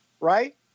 right